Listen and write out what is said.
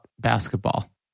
basketball